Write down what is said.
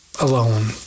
alone